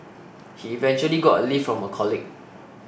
he eventually got a lift from a colleague